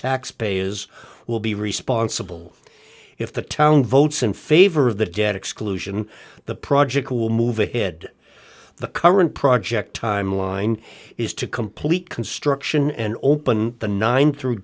taxpayers will be responsible if the town votes in favor of the debt exclusion the project will move ahead the current project timeline is to complete construction and open the nine through